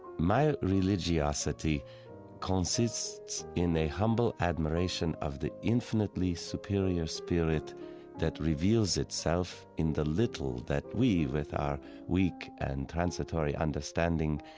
my religiosity consists in a humble admiration of the infinitely superior spirit that reveals itself in the little that we, with our weak and transitory understanding,